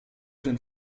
den